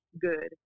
good